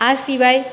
આ સિવાય